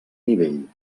nivell